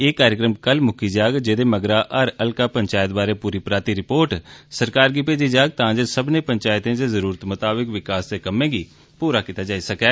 ए कार्यक्रम कल म्क्की जाग जेदे मगरा हर हल्का पंचायत बारै पूरी पराती रिपोर्ट सरकार गी भेजी जाग तां जे सब्बनें पंचायतें च जरुरत मताबक विकास दे कम्मे गी पूरा कीता जाई सकै